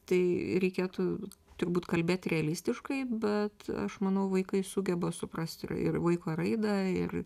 tai reikėtų turbūt kalbėt realistiškai bet aš manau vaikai sugeba suprast ir ir vaiko raidą ir